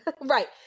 Right